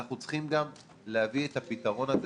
אנחנו צריכים גם להביא את הפתרון הזה